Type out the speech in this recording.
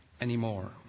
anymore